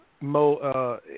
mo